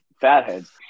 fatheads